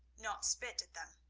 not spit at them.